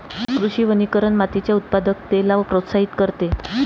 कृषी वनीकरण मातीच्या उत्पादकतेला प्रोत्साहित करते